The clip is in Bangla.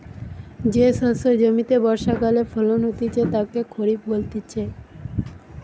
যে শস্য জমিতে বর্ষাকালে ফলন হতিছে তাকে খরিফ বলতিছে